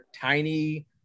tiny